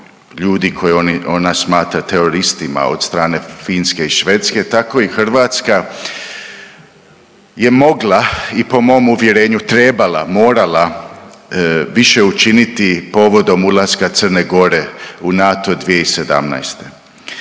ljudi koje ona smatra teroristima od strane Finske i Švedske, tako i Hrvatska je mogla i po mom uvjerenju trebala, morala više učiniti povodom ulaska Crne Gore u NATO 2017.